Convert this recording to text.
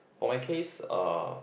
for my case uh